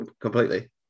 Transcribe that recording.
completely